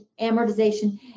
amortization